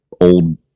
old